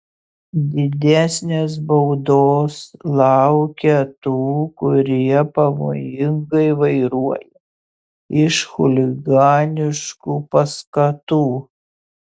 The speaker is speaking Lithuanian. didesnės baudos laukia tų kurie pavojingai vairuoja iš chuliganiškų paskatų